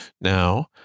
now